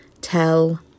Tell